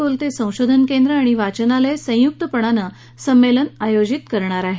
कोलते संशोधन केंद्र आणि वाचनालय संयुक्तपणानं संमेलन आयोजित करणार आहे